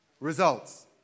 results